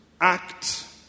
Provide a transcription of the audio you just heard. act